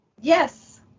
Yes